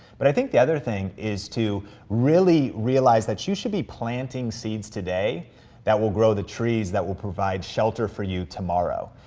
but i think the other thing is to really realize that you should be planting seeds today that will grow the trees that will provide shelter for you tomorrow.